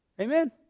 Amen